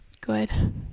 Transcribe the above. good